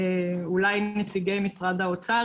אולי נציגי משרד האוצר,